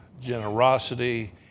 generosity